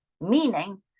meaning